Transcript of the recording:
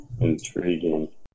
intriguing